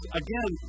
again